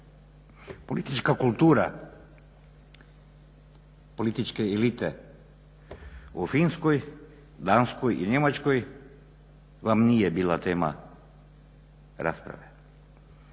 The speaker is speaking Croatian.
Politička kultura, političke elite u Finskoj, Danskoj i Njemačkoj vam nije bila tema rasprave.